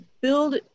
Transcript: build